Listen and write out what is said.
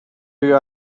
you